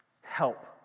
help